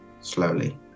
slowly